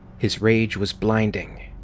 his rage was blinding.